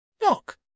Look